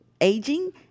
Aging